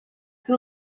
who